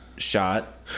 shot